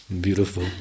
Beautiful